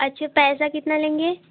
अच्छा पैसा कितना लेंगे